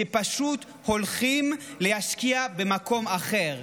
שפשוט הולכים להשקיע במקום אחר.